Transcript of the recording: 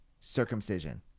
circumcision